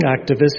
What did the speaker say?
activists